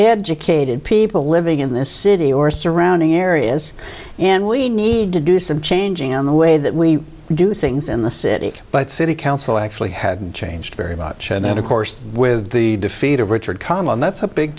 educated people living in this city or surrounding areas and we need to do some changing on the way that we do things in the city but city council actually hadn't changed very much and that of course with the defeat of richard conlon that's a big